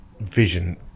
vision